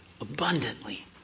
abundantly